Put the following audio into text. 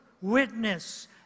witness